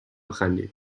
خندید